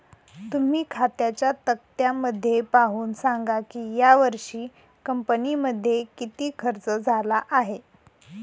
तुम्ही खात्यांच्या तक्त्यामध्ये पाहून सांगा की यावर्षी कंपनीमध्ये किती खर्च झाला आहे